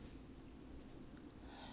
不懂 lah 路上採 lor